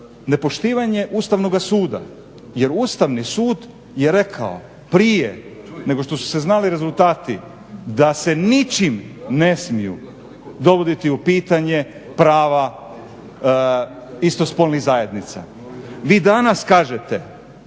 nepoštivanje Ustavnoga suda. Jer Ustavni sud je rekao prije nego što su se znali rezultati da se ničime ne smiju dovoditi u pitanje prava istospolnih zajednica. Vi danas kažete,